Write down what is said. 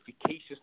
efficacious